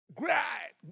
great